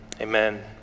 amen